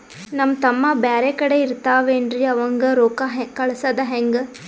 ನಮ್ ತಮ್ಮ ಬ್ಯಾರೆ ಕಡೆ ಇರತಾವೇನ್ರಿ ಅವಂಗ ರೋಕ್ಕ ಕಳಸದ ಹೆಂಗ?